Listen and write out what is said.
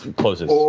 closes.